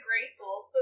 graceful